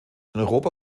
europa